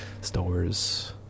stores